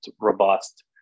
robust